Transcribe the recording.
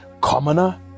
commoner